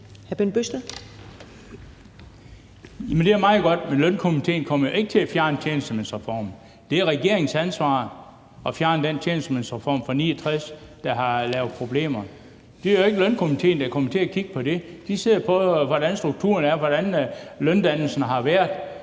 det er meget godt, men lønstrukturkomitéen kommer jo ikke til at fjerne tjenestemandsreformen. Det er regeringens ansvar at fjerne den tjenestemandsreform fra 1969, der har lavet problemer. Det er jo ikke lønstrukturkomitéen, der kommer til at kigge på det. De ser på, hvordan strukturen er, og hvordan løndannelsen har været.